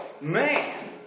Man